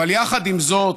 אבל יחד עם זאת,